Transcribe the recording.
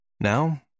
Now